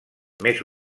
més